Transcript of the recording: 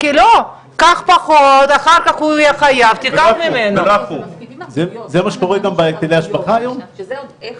כתוב ש'כלולים כולם או למעלה ממחציתם במתחם השפעה אשר הגדילה את השטח